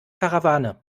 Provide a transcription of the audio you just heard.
karawane